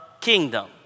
kingdom